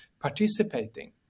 participating